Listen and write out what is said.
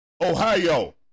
Ohio